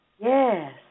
Yes